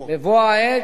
בבוא העת,